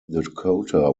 dakota